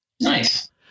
Nice